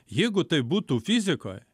jeigu tai būtų fizikoj